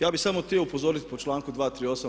Ja bi samo htio upozoriti po članku 238.